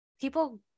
people